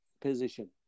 position